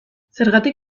zergatik